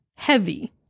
heavy